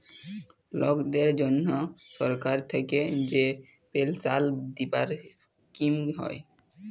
লকদের জনহ সরকার থাক্যে যে পেলসাল দিবার স্কিম হ্যয়